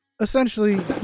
Essentially